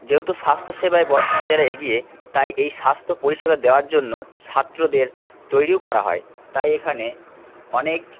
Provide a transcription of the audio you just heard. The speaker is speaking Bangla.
যেহেতু স্বাস্থ্য সেবায় বর্ধমান জেলা এগিয়ে তাই এই স্বাস্থ্য পরিষেবা দেওয়ার জন্য ছাত্রদের তৈরিও করা হয় তাই এখানে অনেক